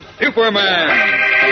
Superman